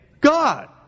God